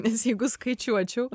nes jeigu skaičiuočiau